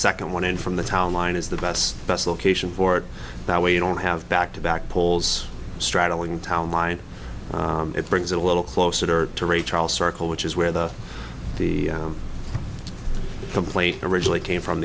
second one in from the town line is the best best location for it that way don't have back to back polls straddling town line it brings a little closer to ray charles circle which is where the the complaint originally came from